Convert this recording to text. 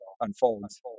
unfolds